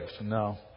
No